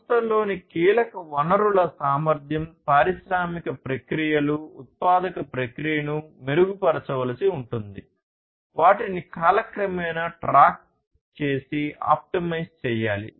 సంస్థలలోని కీలక వనరుల సామర్థ్యం పారిశ్రామిక ప్రక్రియలు ఉత్పాదక ప్రక్రియను మెరుగుపరచవలసి ఉంటుంది వాటిని కాలక్రమేణా ట్రాక్ చేసి ఆప్టిమైజ్ చేయాలి